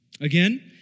Again